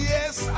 Yes